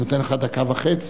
אני נותן לך דקה וחצי.